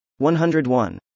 101